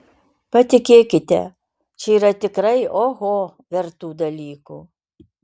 patikėkite čia yra tikrai oho vertų dalykų